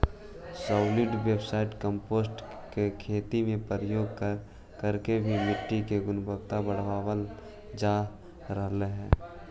solid waste compost को खेती में प्रयोग करके भी मिट्टी की गुणवत्ता बढ़ावाल जा रहलइ हे